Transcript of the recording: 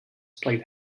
played